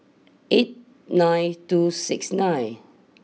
eight nine two six nine